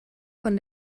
von